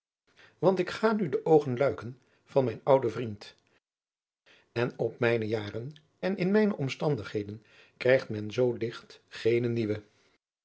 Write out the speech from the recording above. want ik ga nu de oogen luiken van mijn ouden vriend en op mijne jaren en in mijne omstandigheden krijgt men zoo ligt geene nieuwe